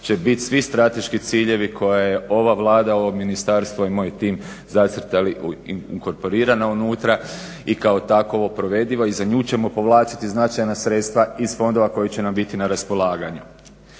će biti svi strateški ciljevi koje je ova Vlada, ovo ministarstvo i moj tim zacrtali ukorporirana unutra i kao takvo provedivo. I za nju ćemo povlačiti značajna sredstva iz fondova koji će nam biti na raspolaganju.